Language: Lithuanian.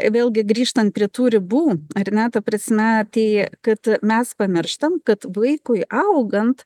vėlgi grįžtant prie tų ribų ar ne ta prasme tai kad mes pamirštam kad vaikui augant